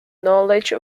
knowledge